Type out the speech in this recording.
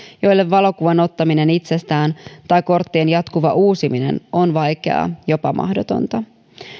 joille valokuvan ottaminen itsestään tai korttien jatkuva uusiminen on vaikeaa jopa mahdotonta